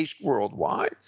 worldwide